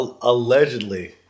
Allegedly